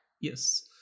Yes